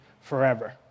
forever